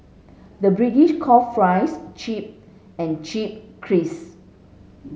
the British call fries chip and chip crisp